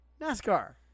NASCAR